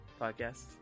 Podcast